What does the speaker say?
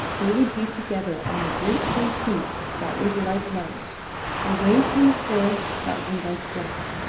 they would be together on the great blue sea that was like life away from the forests that were like death.